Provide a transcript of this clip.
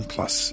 Plus